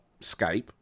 Skype